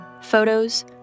photos